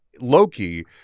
Loki